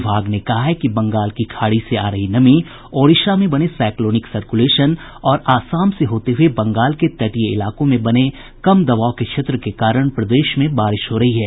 विभाग ने कहा है कि बंगाल की खाड़ी से आ रही नमी ओड़िशा में बने साईक्लोनिक सर्कुलेशन और आसाम से होते हुये बंगाल के तटीय इलाकों में बने कम दबाव के क्षेत्र के कारण प्रदेश में बारिश हो रही है